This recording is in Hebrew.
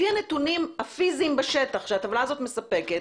לפי הנתונים הפיזיים בשטח שהטבלה הזאת מספקת,